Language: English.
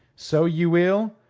so ye will,